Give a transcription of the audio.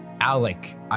Alec